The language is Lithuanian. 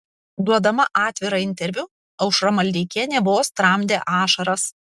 duodama atvirą interviu aušra maldeikienė vos tramdė ašaras